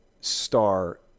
star